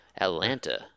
atlanta